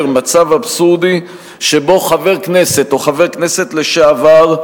מצב אבסורדי שבו חבר הכנסת או חבר הכנסת לשעבר,